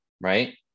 right